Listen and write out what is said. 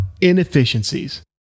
inefficiencies